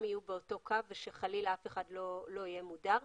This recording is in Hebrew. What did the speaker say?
יהיו באותו קו וחלילה אף אחד לא יהיה מודר.